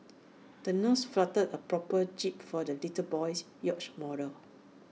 the nurse folded A proper jib for the little boy's yacht model